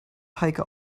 heike